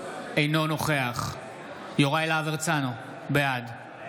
אינו נוכח יוראי להב הרצנו, בעד